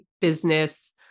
business